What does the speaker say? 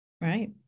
Right